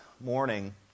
morning